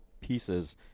pieces